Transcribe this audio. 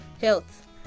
health